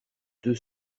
deux